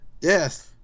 Yes